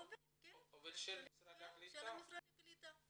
במשרד הקליטה.